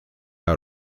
out